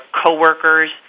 coworkers